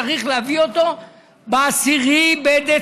צריך להביא אותו ב-10 בדצמבר,